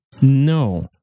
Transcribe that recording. no